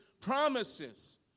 promises